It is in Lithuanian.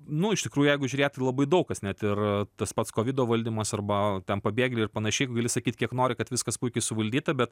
nu iš tikrųjų jeigu žiūrėti labai daug kas net ir tas pats kovido valdymas arba ten pabėgėliai ir panašiai gali sakyt kiek nori kad viskas puikiai suvaldyta bet